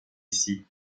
ici